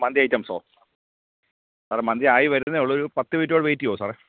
മന്തി ഐറ്റംസോ സാറേ മന്തി ആയി വരുന്നതേ ഉള്ളു ഒരു പത്ത് മിനിറ്റും കൂടെ വെയ്റ്റ് ചെയ്യുമോ സാറേ